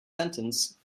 sentence